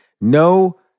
No